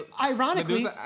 Ironically